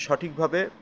সঠিকভাবে